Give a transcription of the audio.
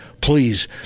Please